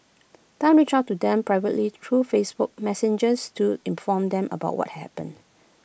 Tan reached out to them privately through Facebook Messengers to inform them about what had happened